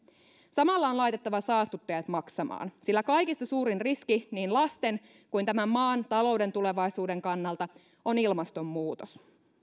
samalla on laitettava saastuttajat maksamaan sillä kaikista suurin riski niin lasten kuin tämän maan talouden tulevaisuuden kannalta on ilmastonmuutos